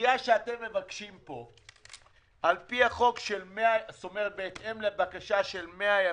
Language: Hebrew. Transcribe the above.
הדחייה שאתם מבקשים פה, בהתאם לבקשה של 100 ימים,